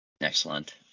Excellent